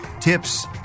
tips